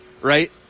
right